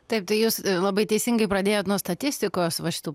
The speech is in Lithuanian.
taip tai jūs labai teisingai pradėjot nuo statistikos va šitų